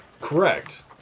Correct